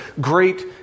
great